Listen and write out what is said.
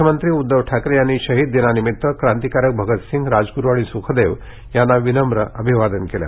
मुख्यमंत्री उद्धव ठाकरे यांनी शहीद दिनानिमित्त क्रांतिकारक भगतसिंग राजगुरू आणि सुखदेव यांना विनम्र अभिवादन केलं